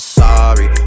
sorry